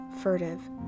furtive